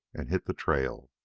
and hit the trail.